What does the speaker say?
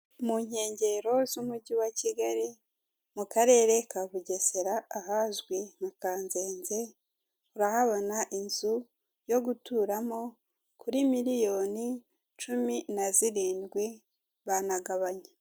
Mu nkengero z'umugi wa Kigali mu karere ka Bugesara ahazwi i Kanzenze urahabona inzu yo guturamo kuri miriyoni cumi na zirindwi banagabanya.